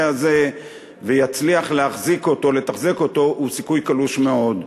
הזה ויצליח לתחזק אותו הוא סיכוי קלוש מאוד.